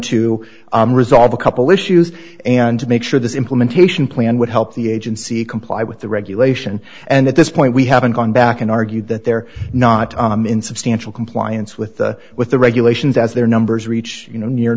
to resolve a couple issues and to make sure this implementation plan would help the agency comply with the regulation and at this point we haven't gone back and argued that they're not in substantial compliance with the with the regulations as their numbers reach you know near